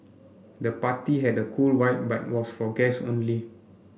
the party had a cool vibe but was for guests only